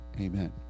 Amen